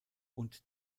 und